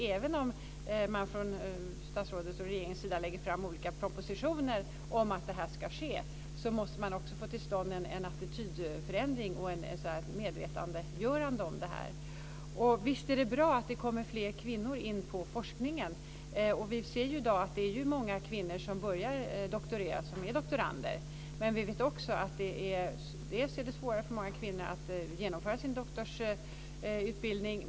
Även om man från statsrådets och regeringens sida läger fram olika propositioner om att det här ska ske måste man också få till stånd en attitydförändring och ett medvetandegörande om det här. Visst är det bra att det kommer in fler kvinnor i forskningen. Vi ser ju i dag att det är många kvinnor som börjar doktorera, som är doktorander. Men vi vet också att det är svårare för många kvinnor att genomöra sin doktorsutbildning.